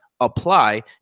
apply